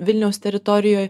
vilniaus teritorijoj